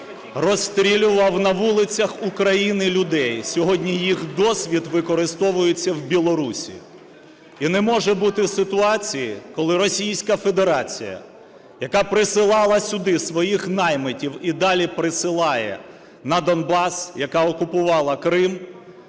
розстрілював на вулицях України людей, сьогодні їх досвід використовується в Білорусії. І не може бути ситуації, коли Російська Федерація, яка присилала сюди своїх наймитів і далі присилає на Донбас, яка окупувала Крим,